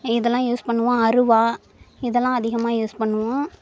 இதெல்லாம் யூஸ் பண்ணுவோம் அருவாள் இதெல்லாம் அதிகமாக யூஸ் பண்ணுவோம்